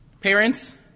parents